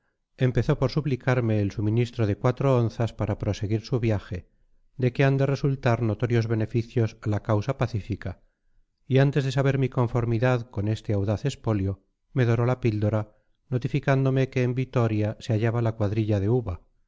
empezó por suplicarme el suministro de cuatro onzas para proseguir su viaje de que han de resultar notorios beneficios a la causa pacífica y antes de saber mi conformidad con este audaz expolio me doró la píldora notificándome que en vitoria se hallaba la cuadrilla de uva